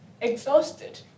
exhausted